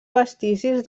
vestigis